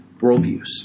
worldviews